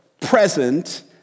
present